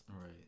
right